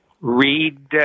read